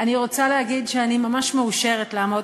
אני רוצה להגיד שאני ממש מאושרת לעמוד